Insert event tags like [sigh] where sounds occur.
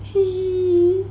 [laughs]